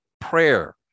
prayer